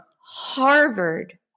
Harvard